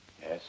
Yes